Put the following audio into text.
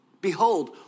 Behold